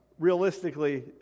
Realistically